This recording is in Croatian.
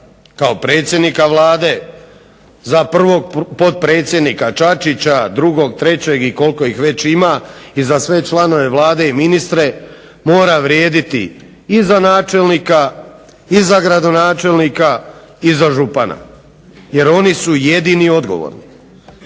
kao predsjednika Vlade, za prvog potpredsjednika Čačića, drugog, trećeg i koliko ih već ima, i za sve članove Vlade i ministre mora vrijediti i za načelnika, i za gradonačelnika i za župana. Jer oni su jedini odgovorni.